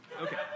Okay